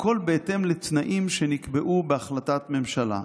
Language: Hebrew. הכול בהתאם לתנאים שנקבעו בהחלטת ממשלה.